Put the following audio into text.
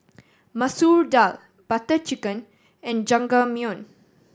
Masoor Dal Butter Chicken and Jajangmyeon